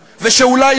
ההדחה.